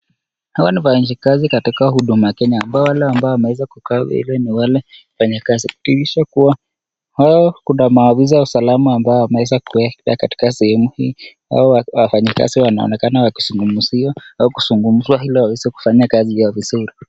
Hawa ni wafanyakazi katika Huduma Kenya. Wale ambao wameweza kukaa ni wale wafanyikazi kudhihirisha kuwa hao kuna maafisa wa usalama ambao wameweza kuwekwa katika sehemu hii. Hawa wafanyikazi wanaonekana wakizungumziwa au kuzungumza ili waweze kufanya kazi yao vizuri.